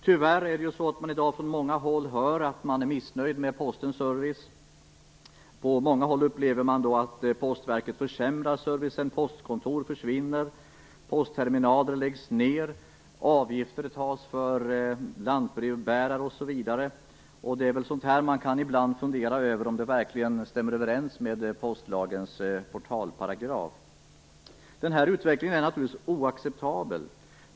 Tyvärr får man i dag från många håll höra att det råder missnöje med Postens service. Det upplevs på många håll att Posten försämrar servicen. Postkontor försvinner, postterminaler läggs ned, det tas ut avgifter för lantbrevbäring osv. Man kan ibland fundera över om sådant här stämmer överens med postlagens portalparagraf. Denna utveckling är naturligtvis oacceptabel.